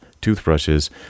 toothbrushes